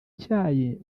cyayi